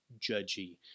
judgy